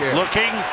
looking